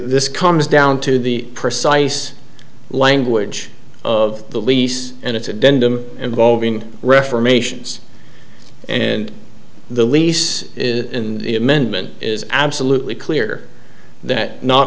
this comes down to the precise language of the lease and it's a dent i'm involving reformations and the lease in amendment is absolutely clear that not